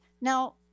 Now